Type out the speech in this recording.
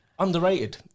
underrated